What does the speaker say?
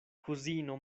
kuzino